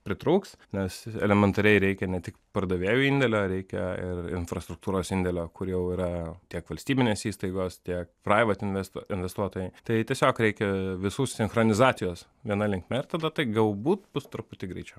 pritrūks nes elementariai reikia ne tik pardavėjų indėlio reikia ir infrastruktūros indėlio kur jau jau yra tiek valstybinės įstaigos tiek fraivat invest investuotojai tai tiesiog reikia visų sinchronizacijos viena linkme ir tada tai galbūt bus truputį greičiau